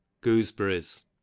Gooseberries